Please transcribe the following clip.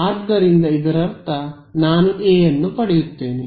ಆದ್ದರಿಂದ ಇದರರ್ಥ ನಾನು ಎ ಅನ್ನು ಪಡೆಯುತ್ತೇನೆ